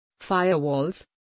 firewalls